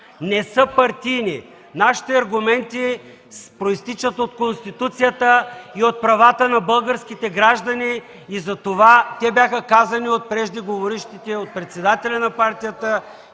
Не са партийни! Нашите аргументи произтичат от Конституцията и от правата на българските граждани и затова те бяха казани от председателя на партията